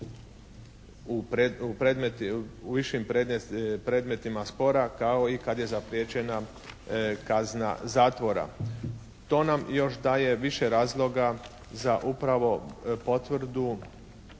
u višim predmetima spora kao i kad je zapriječena kazna zatvora. To nam još daje više razloga za upravo potvrdu